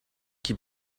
qui